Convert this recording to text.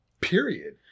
Period